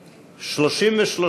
לאחרי סעיף 25 לא נתקבלה.